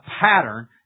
pattern